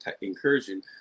incursion